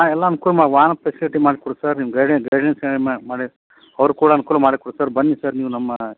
ಹಾಂ ಎಲ್ಲಾ ಅನ್ಕೂಲ ಮಾಡಿ ವಾಹನ ಫೆಸಿಲಿಟಿ ಮಾಡ್ಕೊಡ್ತಿವಿ ಸರ್ ನಿಮ್ಮ ಗೈಡೆನ್ಸ್ ಗೈಡೆನ್ಸ್ ಮಾಡಿ ಅವರು ಕೂಡ ಅನ್ಕೂಲ ಮಾಡ್ಕೊಡ್ತಾರೆ ಬನ್ನಿ ಸರ್ ನೀವು ನಮ್ಮ